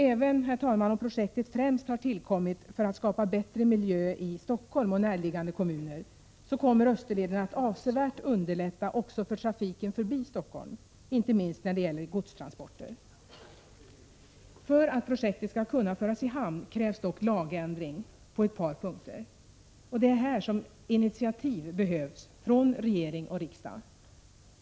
Även om projektet främst har tillkommit för att skapa bättre miljö i Stockholm och närliggande kommuner, kommer Österleden att avsevärt underlätta också för trafiken förbi Stockholm, inte minst när det gäller godstransporter. För att projektet skall kunna föras i hamn krävs dock lagändring på ett par punkter. Och det är här som initiativ behövs från regering och riksdag.